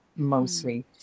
mostly